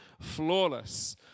flawless